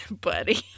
buddy